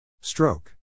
Stroke